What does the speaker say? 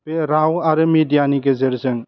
बे राव आरो मेडियानि गेजेरजों